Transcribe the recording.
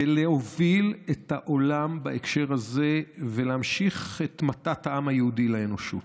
ולהוביל את העולם בהקשר הזה ולהמשיך את מתת העם היהודי לאנושות.